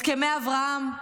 הסכמי אברהם,